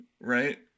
right